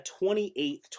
28th